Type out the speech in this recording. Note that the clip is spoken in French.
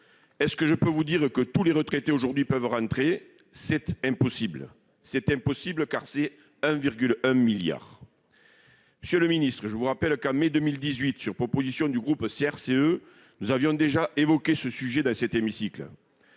Est-ce que je peux vous dire que tous retraités d'aujourd'hui peuvent rentrer ? C'est impossible. C'est impossible, parce que c'est [un coût de] 1,1 milliard d'euros. » Monsieur le ministre, je vous rappelle que, en mai 2018, sur proposition du groupe CRCE, nous avions déjà évoqué le sujet dans cet hémicycle.